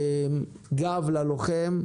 "גם ללוחם"